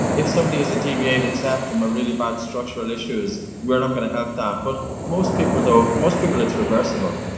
if somebody has a deviated septum or really bad structural issues we're not gonna help that, but most people though, most people it's reversible.